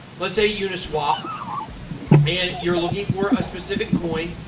let's say, uniswap and you're looking for a specific coin,